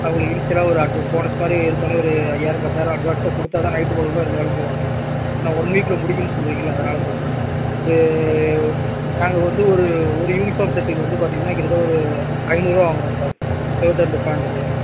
அவங்குளுக்கு இனிஷியலாக ஒரு அட்டு போனஸ்மாதிரி எடுத்தோனே ஒரு ஐயாயிரம் பத்தாயிரம் அட்வான்ஸாக கொடுத்தா தான் நைட்டும் பகலுமாக இருந்து வேலை செய்வாங்க ஏன்னா ஒன் வீக்கில் முடிக்கணும் சொல்றிங்களே அதனால் சொல்லுறேன் இது நாங்கள் வந்து ஒரு ஒரு யூனிஃபார்ம் செட்டுக்கு வந்து பாத்தீங்கனா கிட்டத்தட்ட ஒரு ஐநூறுரூவா வாங்கறோம் சார் ஷேர்ட்டு அண்டு ஃபேண்டுக்கு